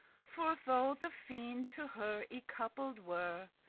for though the fiend to her y-coupled were,